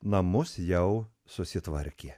namus jau susitvarkė